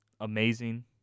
amazing